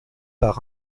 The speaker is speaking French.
par